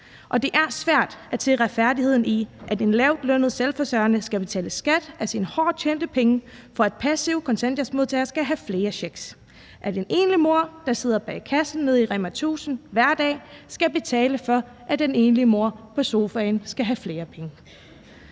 Det er svært at se retfærdigheden i, at en lavtlønnet selvforsørgende skal betale skat af sine hårdt tjente penge, for at passive kontanthjælpsmodtagere skal have flere checks, og at en enlig mor, der sidder bag kassen nede i REMA 1000 hver dag, skal betale for, at den enlige mor på sofaen skal have flere penge.